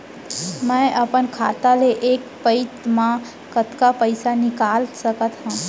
मैं अपन खाता ले एक पइत मा कतका पइसा निकाल सकत हव?